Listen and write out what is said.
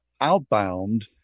outbound